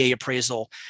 appraisal